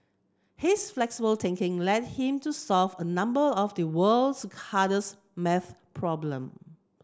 his flexible thinking led him to solve a number of the world's hardest maths problem